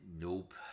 Nope